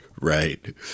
Right